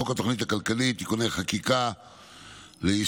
בחוק התוכנית הכלכלית (תיקוני חקיקה ליישום